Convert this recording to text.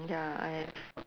ya I have